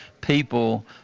people